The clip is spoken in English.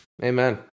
amen